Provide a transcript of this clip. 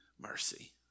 mercy